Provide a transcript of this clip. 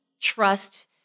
trust